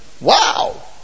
Wow